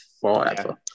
forever